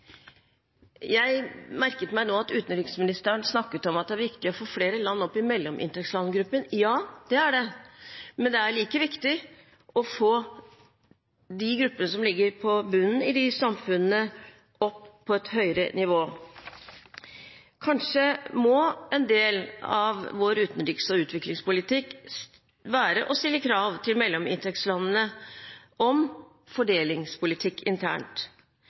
Jeg merket meg nå at utenriksministeren snakket om at det er viktig å få flere land opp i mellominntektslandgruppen. Ja, det er det, men det er like viktig å få de gruppene som ligger på bunnen i de samfunnene, opp på et høyere nivå. Kanskje må en del av vår utenriks- og utviklingspolitikk være å stille krav til mellominntektslandene om fordelingspolitikk internt.